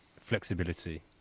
flexibility